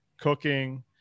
cooking